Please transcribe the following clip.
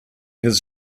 his